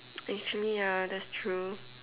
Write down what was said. actually ya that's true